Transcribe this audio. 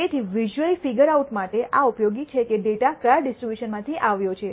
તેથી visually figure આઉટમાટે આ ઉપયોગી છે કે ડેટા કયા ડિસ્ટ્રીબ્યુશન માંથી આવ્યો છે